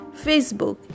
Facebook